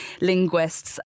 linguists